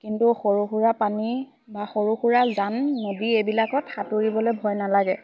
কিন্তু সৰু সুৰা পানী বা সৰু সুৰা জান নদী এইবিলাকত সাঁতুৰিবলে ভয় নালাগে